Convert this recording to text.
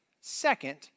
second